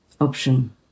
option